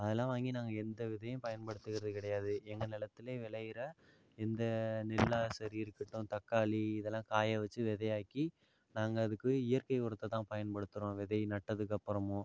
அதெலாம் வாங்கி நாங்கள் எந்த விதையும் பயன்படுத்துறது கிடையாது எங்கள் நிலத்துலே விளையிற எந்த நெல்லாக சரி இருக்கட்டும் தக்காளி இதெல்லாம் காயை வச்சு விதையாக்கி நாங்கள் அதுக்கு இயற்கை உரத்தை தான் பயன்படுத்துகிறோம் விதை நட்டதுக்கு அப்புறமும்